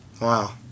Wow